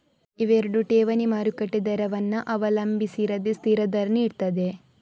ಇವೆರಡು ಠೇವಣಿ ಮಾರುಕಟ್ಟೆ ದರವನ್ನ ಅವಲಂಬಿಸಿರದೆ ಸ್ಥಿರ ದರ ನೀಡ್ತದೆ